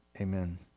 Amen